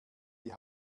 die